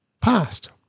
past